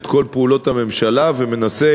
את כל פעולות הממשלה ומנסה